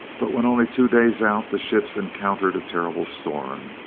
but when only two days out the ships encountered a terrible storm.